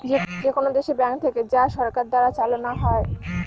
যেকোনো দেশে ব্যাঙ্ক থাকে যা সরকার দ্বারা চালানো হয়